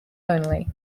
only